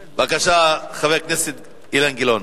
בבקשה, חבר הכנסת אילן גילאון.